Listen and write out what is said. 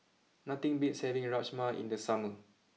nothing beats having Rajma in the summer